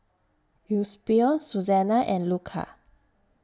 Eusebio Susanna and Luca